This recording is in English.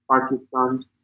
Pakistan